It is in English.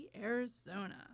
Arizona